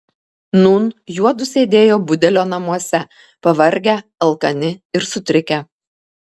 nūn juodu sėdėjo budelio namuose pavargę alkani ir sutrikę